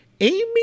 Amy